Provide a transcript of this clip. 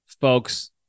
folks